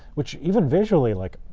which even visually like,